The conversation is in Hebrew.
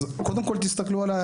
אז קודם כל תסתכלו עלי.